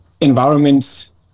environments